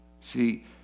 See